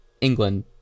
England